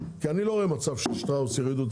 כי אני לא רואה מצב ששטראוס יורידו את